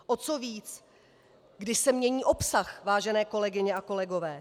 O co víc, když se mění obsah, vážené kolegyně a kolegové.